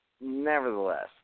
nevertheless